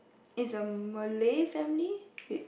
is a Malay family wait